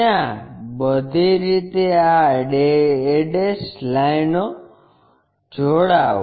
ત્યાં બધી રીતે આ a લાઈનોમાં જોડાઓ